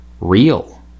real